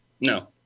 No